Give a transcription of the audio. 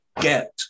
get